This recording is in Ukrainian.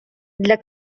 для